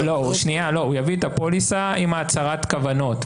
הוא יביא את הפוליסה עם הצהרת הכוונות,